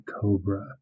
cobra